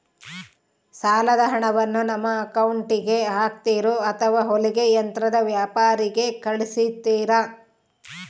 ಸಾಲದ ಹಣವನ್ನು ನಮ್ಮ ಅಕೌಂಟಿಗೆ ಹಾಕ್ತಿರೋ ಅಥವಾ ಹೊಲಿಗೆ ಯಂತ್ರದ ವ್ಯಾಪಾರಿಗೆ ಕಳಿಸ್ತಿರಾ?